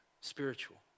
spiritual